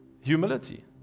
humility